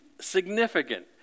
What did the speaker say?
significant